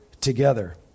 together